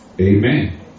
Amen